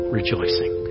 rejoicing